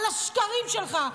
על השקרים שלך,